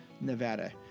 Nevada